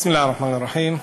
בסם אללה א-רחמאן א-רחים.